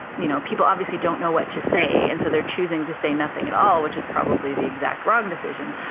you know people obviously don't know what to say and so they're choosing to say nothing at all, which is probably the exact wrong decision,